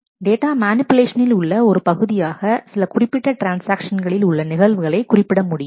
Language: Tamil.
டேட்டா மேனிபுலேஷனில் உள்ள ஒரு பகுதியாக சில குறிப்பிட்ட ட்ரான்ஸ்ஆக்ஷன்களில் உள்ள நிகழ்வுகளை குறிப்பிட முடியும்